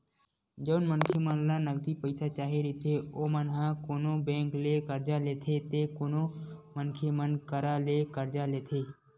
जउन मनखे मन ल नगदी पइसा चाही रहिथे ओमन ह कोनो बेंक ले करजा लेथे ते कोनो मनखे मन करा ले करजा लेथे